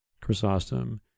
Chrysostom